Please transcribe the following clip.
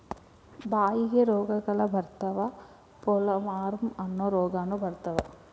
ಬಾಯಿಗೆ ರೋಗಗಳ ಬರತಾವ ಪೋಲವಾರ್ಮ ಅನ್ನು ರೋಗಾನು ಬರತಾವ